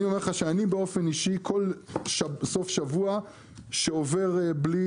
אני אומר לך שאני באופן אישי כל סוף שבוע שעובר בלי